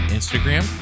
Instagram